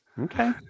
Okay